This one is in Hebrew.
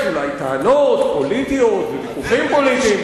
יש אולי טענות פוליטיות וויכוחים פוליטיים,